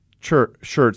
shirts